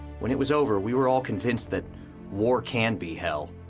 when it was over, we were all convinced that war can be hell.